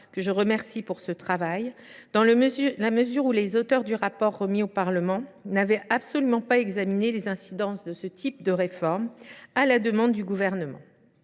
que je remercie de ce travail, dans la mesure où les auteurs du rapport remis au Parlement n’ont absolument pas examiné les incidences d’une réforme de cet ordre, à la demande du Gouvernement.